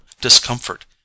discomfort